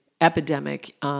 epidemic